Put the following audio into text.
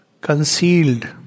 concealed